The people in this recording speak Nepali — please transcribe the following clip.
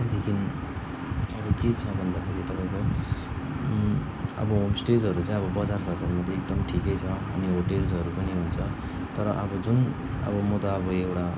त्यहाँदेखि अरू के छ भन्दाखेरि तपाईँको अब होमस्टेहरू चाहिँ अब बजरमा छ भने एकदम ठिकै छ अनि होटेल्सहरू पनि हुन्छ तर अब जुन अब म त अब एउटा